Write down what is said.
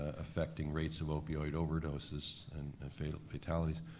ah affecting rates of opioid overdoses and fatalities.